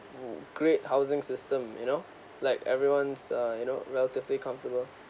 great housing system you know like everyone's uh you know relatively comfortable